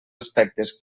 aspectes